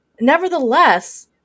Nevertheless